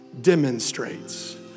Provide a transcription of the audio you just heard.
demonstrates